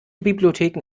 bibliotheken